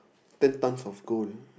ten tons of gold